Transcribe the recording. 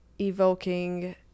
evoking